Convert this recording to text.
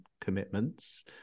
Commitments